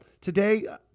today